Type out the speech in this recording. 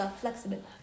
flexible